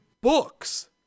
books